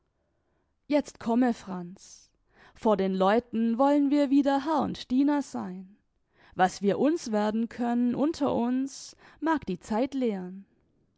jetzt komme franz vor den leuten wollen wir wieder herr und diener sein was wir uns werden können unter uns mag die zeit lehren